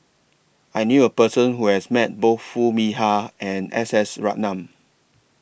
I knew A Person Who has Met Both Foo Mee Har and S S Ratnam